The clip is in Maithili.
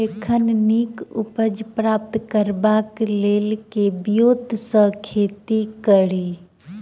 एखन नीक उपज प्राप्त करबाक लेल केँ ब्योंत सऽ खेती कड़ी?